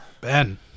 Ben